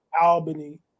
Albany